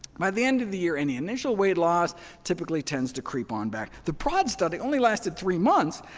by the end of the year, any initial weight lost typically tends to creep on back. the broad study only lasted three months,